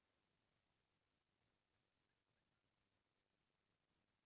मनसे के जिनगी ह सूत बिना अधूरा हे